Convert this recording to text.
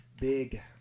big –